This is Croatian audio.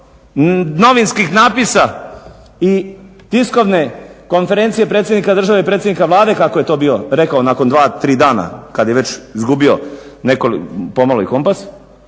kako je to bio rekao nakon dva, tri dana kad je već izgubio pomalo i kompas